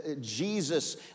Jesus